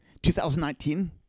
2019